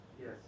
Yes